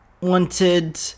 wanted